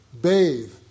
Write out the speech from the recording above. bathe